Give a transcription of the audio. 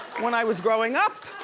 when i was growing up.